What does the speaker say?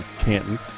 Canton